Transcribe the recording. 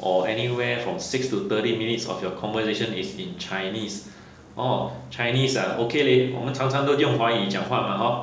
or anywhere from six to thirty minutes of your conversation is in chinese oh chinese ah okay leh 我们常常都用华语讲话嘛 hor